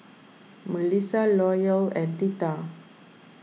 Mellissa Loyal and theta